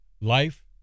life